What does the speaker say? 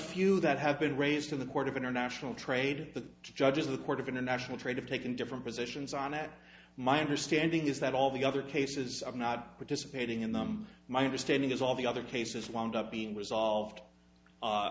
few that have been raised in the court of international trade the judges of the court of international trade of taking different positions on that my understanding is that all the other cases of not participating in them my understanding is all the other cases want up being resolved